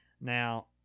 Now